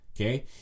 Okay